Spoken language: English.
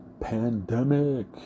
pandemic